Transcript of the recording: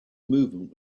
movement